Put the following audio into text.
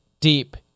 deep